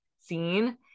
seen